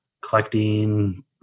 collecting